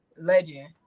Legend